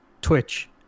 Twitch